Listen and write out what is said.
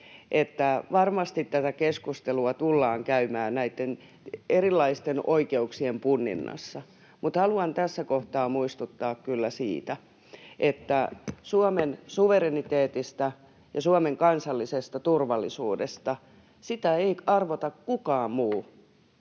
varmasti tätä keskustelua tullaan käymään näitten erilaisten oikeuksien punninnassa, mutta haluan tässä kohtaa muistuttaa kyllä siitä, että Suomen suvereniteettia ja Suomen kansallista turvallisuutta ei arvota kukaan muu